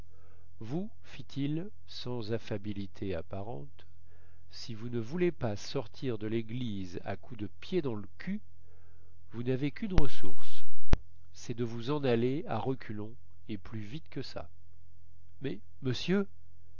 vous fit-il sans affabilité apparente si vous ne voulez pas sortir de léglise à coups de pied dans le cul vous navez quune ressource cest de vous en aller à reculons et plus vite que ça mais monsieur